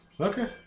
Okay